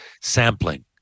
sampling